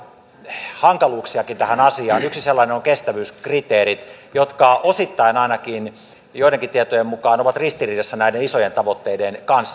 yksi sellainen on kestävyyskriteerit jotka osittain ainakin joidenkin tietojen mukaan ovat ristiriidassa näiden isojen tavoitteiden kanssa